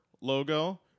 logo